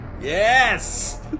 Yes